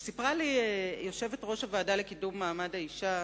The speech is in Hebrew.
כשסיפרה לי יושבת-ראש הוועדה לקידום מעמד האשה,